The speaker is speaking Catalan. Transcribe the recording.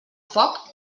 foc